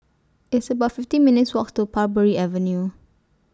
It's about fifty minutes' Walk to Parbury Avenue